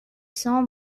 cents